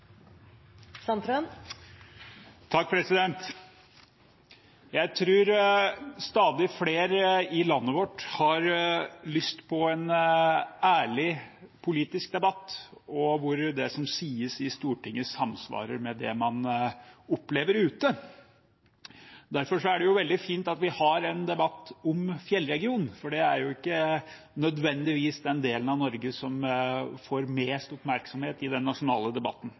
Jeg tror stadig flere i landet vårt har lyst på en ærlig politisk debatt hvor det som sies i Stortinget, samsvarer med det man opplever ute. Derfor er det veldig fint at vi har en debatt om fjellregionen, for det er ikke nødvendigvis den delen av Norge som får mest oppmerksomhet i den nasjonale debatten.